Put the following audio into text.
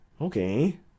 Okay